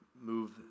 move